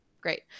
great